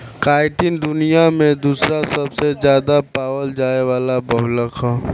chitin दुनिया में दूसरा सबसे ज्यादा पावल जाये वाला बहुलक ह